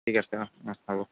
ঠিক আছে অঁ অঁ হ'ব